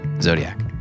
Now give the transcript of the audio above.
Zodiac